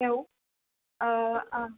hello